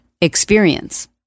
experience